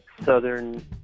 Southern